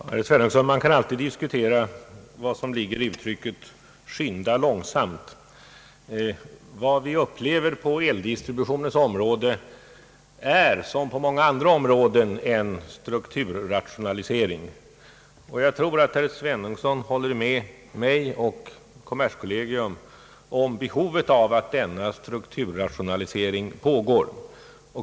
Herr talman! Man kan, herr Svenungsson, alltid diskutera vad som ligger i uttrycket »skynda långsamt». Vad vi upplever på eldistributionens område är som på många andra områden en strukturrationalisering. Jag tror att herr Svenungsson håller med mig och kommerskollegium om behovet av denna strukturrationalisering.